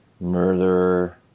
murderer